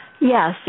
Yes